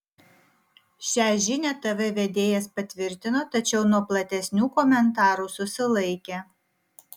šią žinią tv vedėjas patvirtino tačiau nuo platesnių komentarų susilaikė